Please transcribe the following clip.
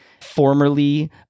formerly